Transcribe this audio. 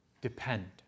depend